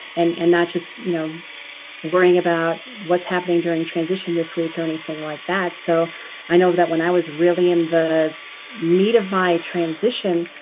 and and not just you know worrying about what's happening during transition this week or anything like that. so i know that when i was really in the meat of my transition,